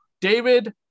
David